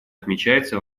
отмечается